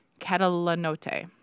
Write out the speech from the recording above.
Catalanote